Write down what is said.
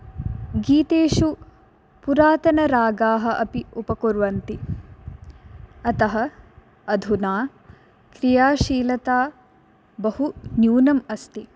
गीतेषु पुरातनरागाः अपि उपकुर्वन्ति अतः अधुना क्रियाशीलता बहु न्यूनम् अस्ति